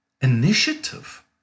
initiative